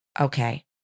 Okay